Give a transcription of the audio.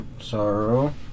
Sorrow